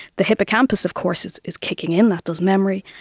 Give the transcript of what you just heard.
the hippocampus of course is is kicking in, that does memory,